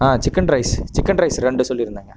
ஆ chicken rice chicken rice ரெண்டு சொல்லியிருந்தேங்க